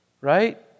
right